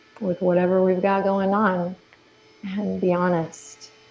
with whatever we've got going on and be honest.